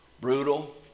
brutal